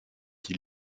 qui